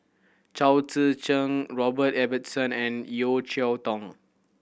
Chao Tzee Cheng Robert Ibbetson and Yeo Cheow Tong